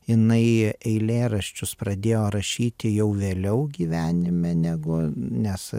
jinai eilėraščius pradėjo rašyti jau vėliau gyvenime negu nes